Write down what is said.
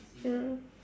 ya